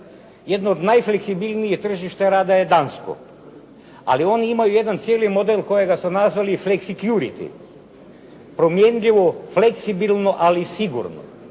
Jedno od najfleksibilnijih tržišta rada je dansko ali oni imaju jedan cijeli model koji su nalazi flexicurity. Promjenjivo, fleksibilno ali i sigurnost.